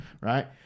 right